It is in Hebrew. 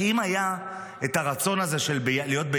כי אם היה הרצון הזה להיות ביחד,